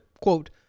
quote